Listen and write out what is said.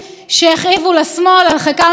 יישוב יהודי משגשג על כנו,